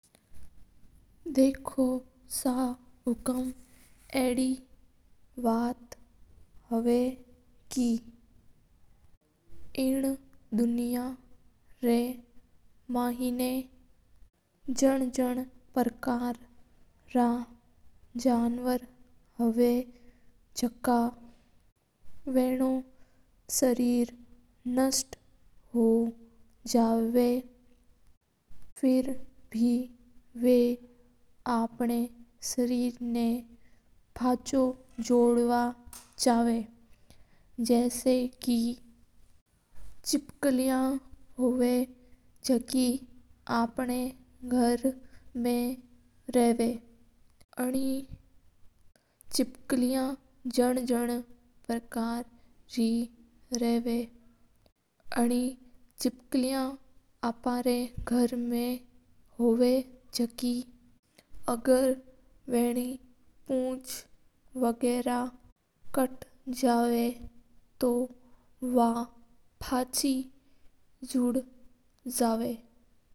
देखो सबै कम इस दुनिया मां रा महिना जन जन पकर रा जानवर होवा। डाइनासोर नष्ट हो जवा फेर भी बे आप रा शरीर ना पाछो जोड बा जवा जस आप चिपकली हा। अपणा घर मा चिपकली रा जन जन पकर री बा बे आप री पुछ तुट जाव जन पाछो आ जवा हा।